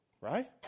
Right